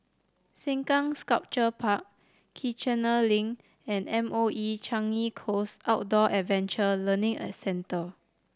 Sengkang Sculpture Park Kiichener Link and M O E Changi Coast Outdoor Adventure Learning Centre